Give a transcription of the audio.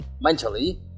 mentally